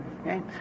Okay